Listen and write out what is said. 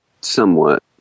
Somewhat